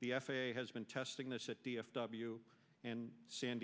the f a a has been testing this at d f w and san